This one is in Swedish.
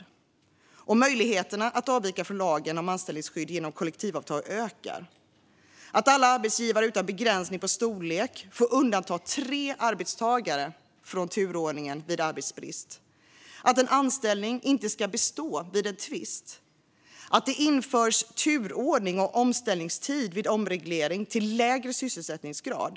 Förslaget innebär också att möjligheterna att avvika från lagen om anställningsskydd genom kollektivavtal ökar, att alla arbetsgivare utan begränsning på storlek får undanta tre arbetstagare från turordningen vid arbetsbrist, att en anställning inte ska bestå vid tvist och att det införs turordning och omställningstid vid omreglering till lägre sysselsättningsgrad.